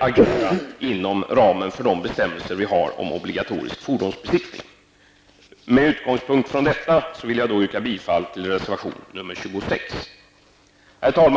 agera inom ramen för de bestämmelser vi har om obligatorisk fordonsbesiktning. Med utgångspunkt från detta vill jag yrka bifall till reservation nr 26. Herr talman!